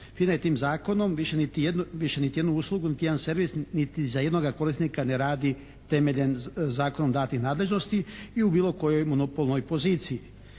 je tim Zakonom više niti jednu uslugu, niti jedan servis, niti za jednoga korisnika ne radi temeljem zakonom datih nadležnosti i u bilo kojoj monopolnoj poziciji.